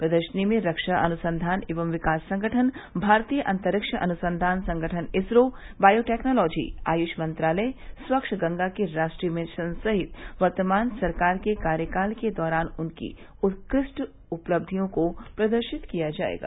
प्रदर्शनी में ख्वा अनुसंघान एवं विकास संगठन भारतीय अंतरिक्ष अनुसंघान संगठन इसरो बायो टेक्नोलॉजी आय्ष मंत्रालय स्वच्छ गंगा के राष्ट्रीय मिशन सहित वर्तमान सरकार के कार्यकाल के दौरान उनकी उत्कृष्ट उपलब्धियों को प्रदर्शित किया जायेगा